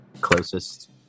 closest